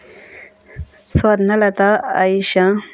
Swarnalatha Ayusha